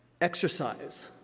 exercise